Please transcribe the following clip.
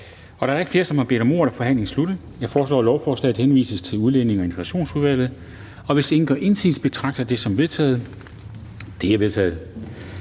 Da der ikke er flere, som har bedt om ordet, er forhandlingen sluttet. Jeg foreslår, at lovforslaget henvises til Udlændinge- og Integrationsudvalget. Og hvis ingen gør indsigelse, betragter jeg det som vedtaget. Det er vedtaget.